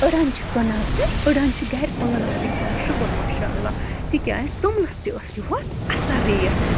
أڑہن چھِ کٕنان تہِ أڑہن چھِ گرِ پانَس تہِ کھٮ۪وان شُکُر ماشاء اللہ تِکیازِ توٚملَس تہِ ٲس یُِہُس اَصٕل ریٹ